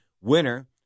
winner